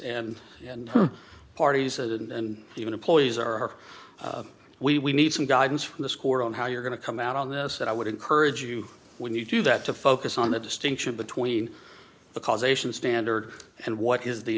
and and parties and even employees are we we need some guidance from the score on how you're going to come out on this that i would encourage you when you do that to focus on the distinction between the causation standard and what is the